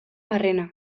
barrena